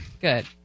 Good